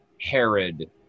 Herod